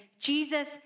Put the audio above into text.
Jesus